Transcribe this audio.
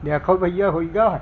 देखो भैया होइ गा